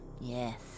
Yes